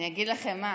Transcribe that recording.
אני אגיד לכם מה.